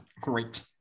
great